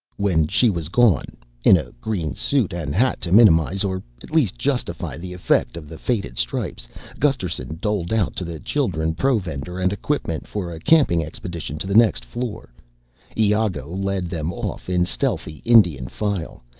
when she was gone in a green suit and hat to minimize or at least justify the effect of the faded stripes gusterson doled out to the children provender and equipment for a camping expedition to the next floor iago led them off in stealthy indian file.